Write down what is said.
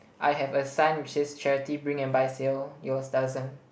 I have a sign which says charity bring and buy sale yours doesn't